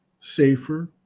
safer